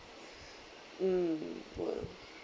mm well